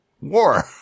war